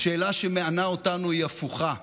השאלה שמענה אותנו היא הפוכה,